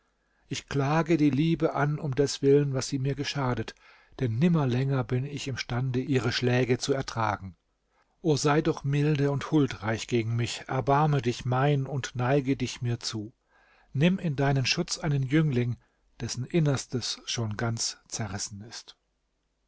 ich klage die liebe an um deswillen was sie mir geschadet denn nimmer länger bin ich im stande ihre schläge zu ertragen o sei doch milde und huldreich gegen mich erbarme dich mein und neige dich mir zu nimm in deinen schutz einen jüngling dessen innerstes schon ganz zerrissen ist